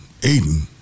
Aiden